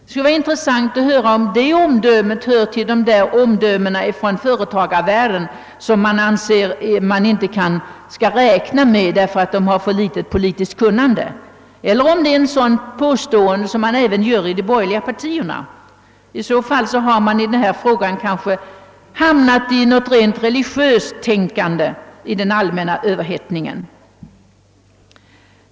Det vore intressant att höra om detta är ett sådant där omdöme från företagarvärlden som man inte bör räkna med, eftersom det uttalats av någon med för litet politiskt kunnande, eller om det är ett påstående som man gör också i de borgerliga partierna. Om så är, har man onekligen där hamnat i ett nästan religiöst tänkande i den allmänna överhettningen.